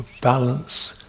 balance